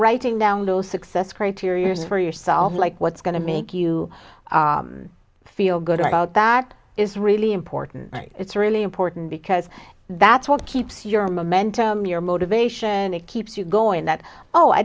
writing down low success criteria for yourself like what's going to make you feel good about that is really important it's really important because that's what keeps your momentum your motivation it keeps you going that oh i